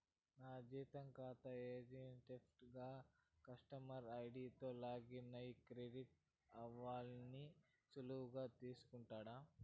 నా జీతం కాతా హెజ్డీఎఫ్సీ గాన కస్టమర్ ఐడీతో లాగిన్ అయ్యి క్రెడిట్ ఇవరాల్ని సులువుగా తెల్సుకుంటుండా